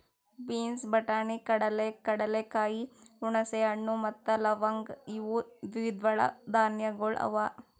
beans, ಬಟಾಣಿ, ಕಡಲೆ, ಕಡಲೆಕಾಯಿ, ಹುಣಸೆ ಹಣ್ಣು ಮತ್ತ ಲವಂಗ್ ಇವು ದ್ವಿದಳ ಧಾನ್ಯಗಳು ಅವಾ